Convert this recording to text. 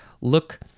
look